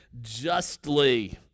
justly